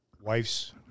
wife's